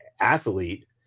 athlete